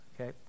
Okay